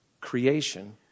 creation